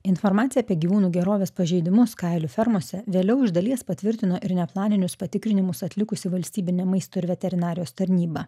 informacija apie gyvūnų gerovės pažeidimus kailių fermose vėliau iš dalies patvirtino ir neplaninius patikrinimus atlikusi valstybinė maisto ir veterinarijos tarnyba